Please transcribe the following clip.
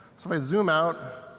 so i zoom out,